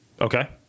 Okay